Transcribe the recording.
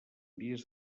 vies